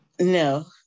No